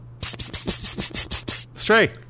Stray